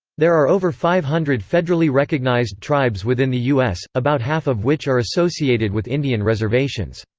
there are over five hundred federally recognized tribes within the us, about half of which are associated with indian reservations.